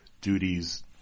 duties